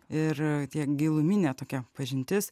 ir tiek giluminė tokia pažintis